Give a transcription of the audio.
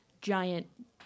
giant